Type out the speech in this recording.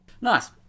Nice